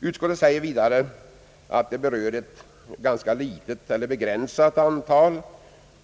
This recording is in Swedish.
Utskottet säger vidare att det berör ett relativt begränsat antal